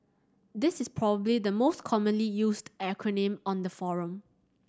this is probably the most commonly used acronym on the forum